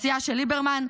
הסיעה של ליברמן,